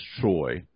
Troy